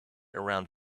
around